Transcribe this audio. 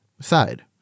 side